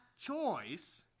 choice